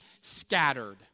scattered